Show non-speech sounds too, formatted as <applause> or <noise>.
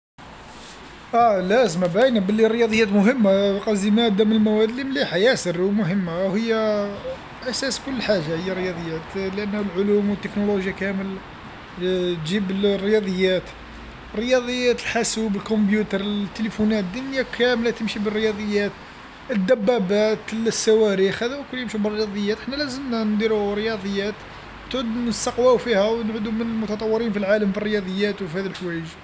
اه لازمه باينه بلي الرياضيات مهمه قصدي ماده من المواد لي مليحه ياسر ومهمه وهي <hesitation> أساس كل حاجه هي رياضيات لأنه العلوم والتكنولوجيا كامل <hesitation> تجيب الرياضيات الرياضيات الحاسوب الكمبيوتر التليفونات دنيا كامله تمشي بالرياضيات الدبابات الصواريخ هذو الكل يمشو بالرياضيات حنا لازمنا نديرو الرياضيات تعود نستقواو فيها ونعودو من المتطورين في العالم في الرياضيات وفي هاد الحوايج.